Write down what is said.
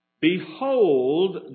Behold